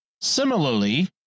Similarly